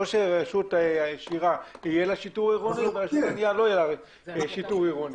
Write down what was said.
ולא שלרשות עשירה יהיה שיטור עירוני ולרשות ענייה לא יהיה שיטור עירוני.